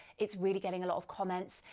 it's really getting a lot of comments,